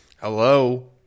Hello